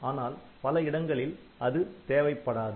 ஆனால் பல இடங்களில் அது தேவைப்படாது